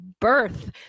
birth